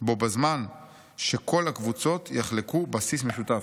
בו בזמן שכל הקבוצות יחלקו בסיס משותף,